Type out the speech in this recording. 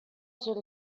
зур